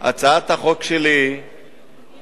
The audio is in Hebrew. הצעת החוק שלי באה